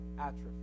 atrophy